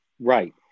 Right